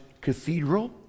Cathedral